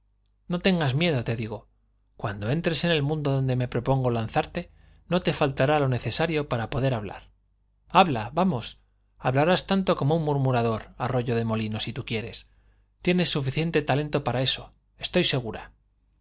no tengas miedo te digo cuando entres en el mundo donde me propongo lanzarte no te faltará lo necesario para poder hablar habla vamos hablarás tanto como un murmurador arroyo de molino si tú quieres tienes suficiente talento para eso estoy segura